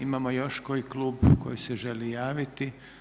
Imamo još koji klub koji se želi javiti?